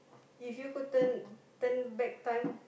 if you could turn turn back time